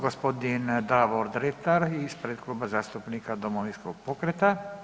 Gospodin Davor Dretar ispred Kluba zastupnika Domovinskog pokreta.